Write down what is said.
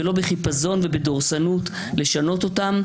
ולא בחיפזון ובדורסנות לשנות אותם.